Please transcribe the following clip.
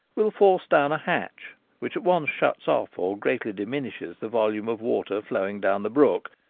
will force down a hatch which at once shuts off or greatly diminishes the volume of water flowing down the brook,